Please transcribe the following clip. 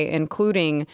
including